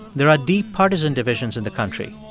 there are deep partisan divisions in the country.